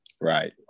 right